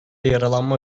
yaralanma